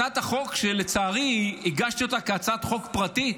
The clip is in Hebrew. הצעת החוק, שלצערי הגשתי אותה כהצעת חוק פרטית,